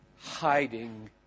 Hiding